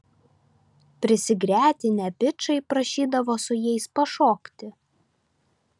prisigretinę bičai prašydavo su jais pašokti